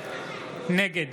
נגד